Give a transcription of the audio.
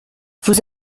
vous